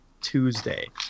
Tuesday